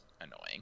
annoying